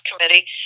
committee